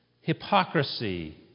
hypocrisy